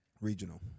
Regional